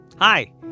Hi